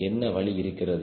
என்ன வழி இருக்கிறது